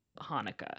Hanukkah